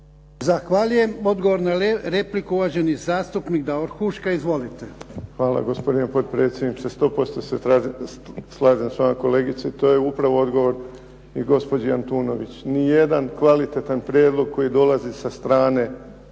Zahvaljujem. I odgovor na repliku, uvaženi zastupnik Davor Huška. Izvolite.